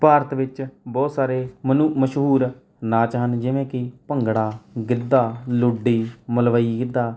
ਭਾਰਤ ਵਿੱਚ ਬਹੁਤ ਸਾਰੇ ਮਨੁ ਮਸ਼ਹੂਰ ਨਾਚ ਹਨ ਜਿਵੇਂ ਕਿ ਭੰਗੜਾ ਗਿੱਧਾ ਲੁੱਡੀ ਮਲਵਈ ਗਿੱਧਾ